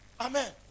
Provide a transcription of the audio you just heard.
Amen